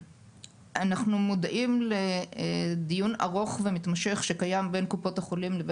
אנחנו מודעים לדיון ארוך ומתמשך שקיים בין קופות החולים לבין